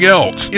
else